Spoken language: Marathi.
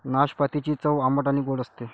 नाशपातीची चव आंबट आणि गोड असते